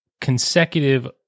consecutive